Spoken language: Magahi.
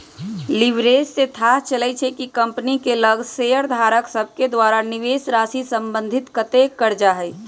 लिवरेज से थाह चलइ छइ कि कंपनी के लग शेयरधारक सभके द्वारा निवेशराशि संबंधित कतेक करजा हइ